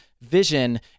vision